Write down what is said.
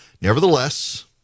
Nevertheless